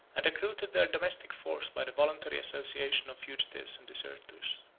and recruited their domestic force by the voluntary association of fugitives and deserters.